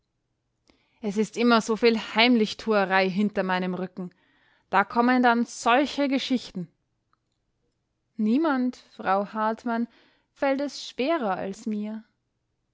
es ist immer so viel heimlichtuerei hinter meinem rücken da kommen dann solche geschichten niemand frau hartmann fällt das schwerer als mir